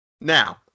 now